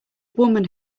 woman